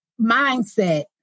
mindset